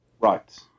Right